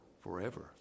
forever